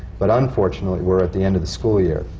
but unfortunately, we're at the end of the school year.